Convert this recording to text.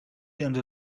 until